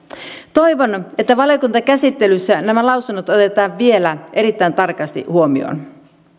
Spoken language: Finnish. toivon että valiokuntakäsittelyssä nämä lausunnot otetaan vielä erittäin tarkasti huomioon